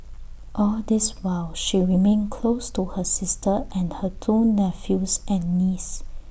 all this while she remained close to her sister and her two nephews and niece